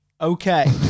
okay